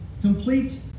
Complete